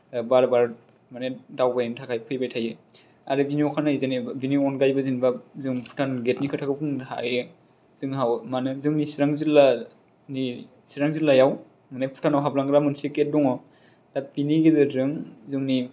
बार बार माने दावबायनो थाखाय फैबाय थायो आरो बेनि अखानायै आरो बेनि अनगायैबो जेन'बा जों भुटान गेटनि खोथाखौ बुंबाय थायो जोंहा मानि जोंनि चिरां जिल्लानि चिरां जिल्लायाव माने भुटानाव हाबलांग्रा मोनसे गेट दङ दा बेनि गेजेरजों जोंनि